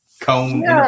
cone